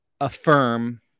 affirm